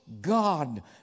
God